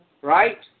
right